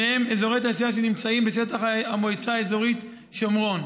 שניהם אזורי תעשייה שנמצאים בשטח המועצה האזורית שומרון,